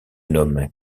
nomme